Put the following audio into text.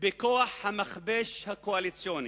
בכוח המכבש הקואליציוני.